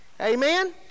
Amen